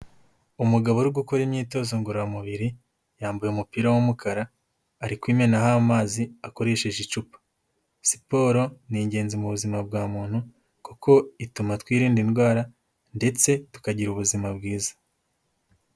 Umugabo ari gukora imyitozo ngororamubiri yambaye umupira w'umukara, ari kwimenaho amazi akoresheje icupa, siporo ni ingenzi mu buzima bwa muntu kuko ituma twirinda indwara ndetse tukagira ubuzima bwiza.